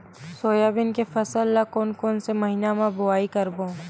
Soybean के फसल ल कोन कौन से महीना म बोआई करबो?